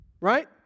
Right